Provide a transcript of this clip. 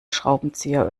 schraubenzieher